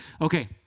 Okay